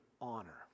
honor